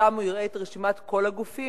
ושם הוא יראה את רשימת כל הגופים.